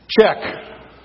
check